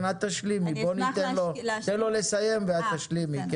כן, את תשלימי, בואי ניתן לו לסיים ואת תשלימי.